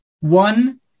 One